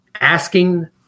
asking